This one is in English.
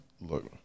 Look